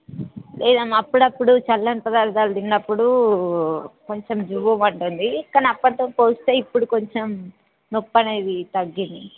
లేదమ్మా అప్పుడప్పుడు చల్లని పదార్థాలు తిన్నప్పుడు కొంచెం జివ్వుమంటుంది కానీ అప్పటితో పోలిస్తే ఇప్పుడు కొంచెం నొప్పి అనేది తగ్గింది